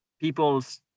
people's